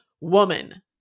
woman